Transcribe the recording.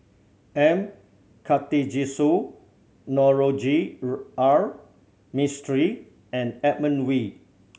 M Karthigesu Navroji R Mistri and Edmund Wee